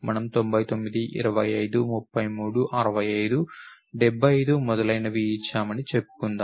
మనం 99 25 33 65 75 మొదలైనవి ఇచ్చామని చెప్పుకుందాం